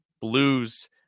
Blues